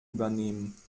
übernehmen